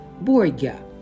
Borgia